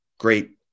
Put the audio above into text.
Great